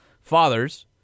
fathers